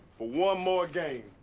for one more game.